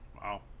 Wow